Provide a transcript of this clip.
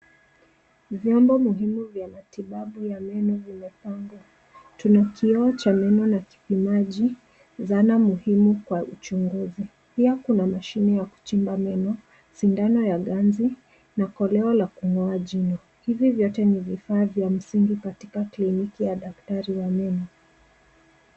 Vyombo muhimu vya matibabu ya meno vimepangwa. Tuna kioo cha neno na kipimaji dhana muhimu kwa uchunguzi. Pia kuna mashine ya kuchimba meno, sindano ya ganzi na koleo la kung'oa jino hivi vyote ni vifaa vya msingi katika kliniki ya daktari wa meno.